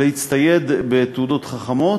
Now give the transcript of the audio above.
להצטייד בתעודות חכמות,